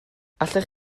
allech